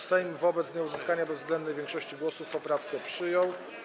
Sejm wobec nieuzyskania bezwzględnej większości głosów poprawkę przyjął.